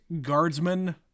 guardsmen